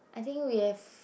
I think we have